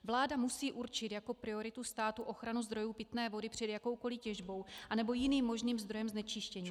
Vláda musí určit jako prioritu státu ochranu zdrojů pitné vody před jakoukoli těžbou anebo jiným možným zdrojem znečištění.